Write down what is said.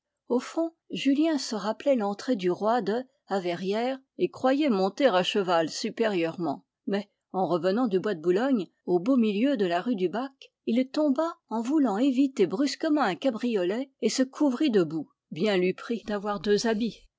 au fond julien se rappelait l'entrée du roi de à verrières et croyait monter à cheval supérieurement mais en revenant du bois de boulogne au beau milieu de la rue du bac il tomba en voulant éviter brusquement un cabriolet et se couvrit de boue bien lui prit d'avoir deux